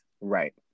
Right